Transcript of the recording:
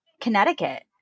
Connecticut